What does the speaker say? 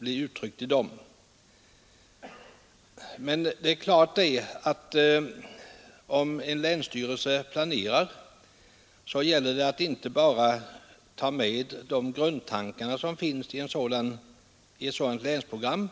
uttryckts i dessa program. Men klart är att om en länsstyrelse planerar så gäller det att inte bara ta med de grundtankar som finns i ett sådant länsprogram.